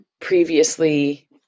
previously